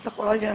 Zahvaljujem.